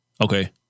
Okay